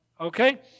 Okay